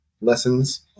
lessons